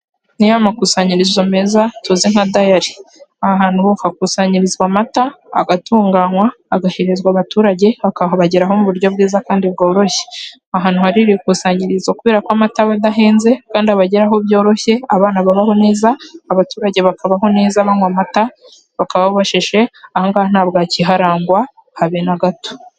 Ni ya makusanyirizo meza tuzi nka dayari. Aha hantu hakusanyirizwa amata, agatunganywa, agaherezwa abaturage, akabageraho mu buryo bwiza kandi bworoshye. Ahantu hari iri kusanyirizo, kubera ko amata aba adahenze, kandi abageraho byoroshye, abana babaho neza, abaturage bakabaho neza banywa amata, bakaba bashishe aha ngaha nta bwaki iharangwa habe na gato.